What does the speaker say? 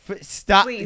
stop